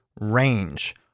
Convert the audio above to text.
Range